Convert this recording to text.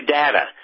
data